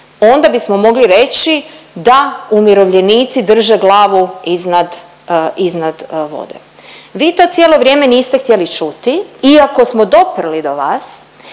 onda bismo mogli reći da umirovljenici drže glavu iznad, iznad vode. Vi to cijelo vrijeme niste htjeli čuti iako smo doprli do vas